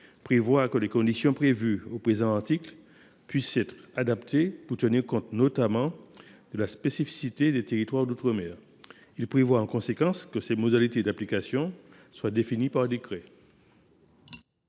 à ce que les conditions prévues au présent article puissent être adaptées pour tenir compte de la spécificité des territoires d’outre mer, laissant en conséquence les modalités d’application être définies par décret.